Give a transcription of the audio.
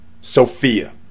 Sophia